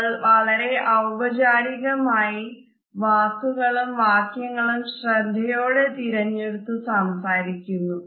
നമ്മൾ വളരെ ഔപചാരികമായി വാക്കുകളും വാക്യങ്ങളും ശ്രദ്ധയോടെ തിരഞ്ഞെടുത്തു സംസാരിക്കുന്നു